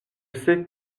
c’est